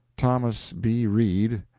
thomas b. reed,